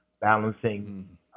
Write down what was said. balancing